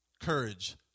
courage